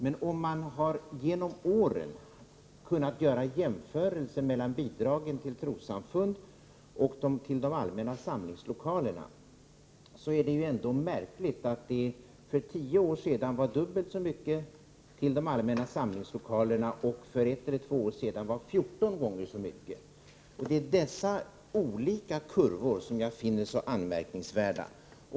Men om man har genom åren kunnat göra jämförelser mellan bidragen till trossamfund och till de allmänna samlingslokalerna, är det ändå märkligt att det för tio år sedan var dubbelt så mycket till de allmänna samlingslokalerna och för ett eller två år sedan var 14 gånger så mycket. Det är dessa olika kurvor som jag finner så anmärkningsvärda.